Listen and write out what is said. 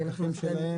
הפקחים שלהם,